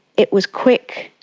it was quick,